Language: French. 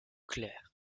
clair